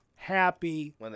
happy